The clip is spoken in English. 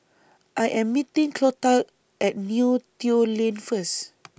I Am meeting Clotilde At Neo Tiew Lane First